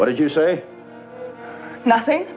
what do you say nothing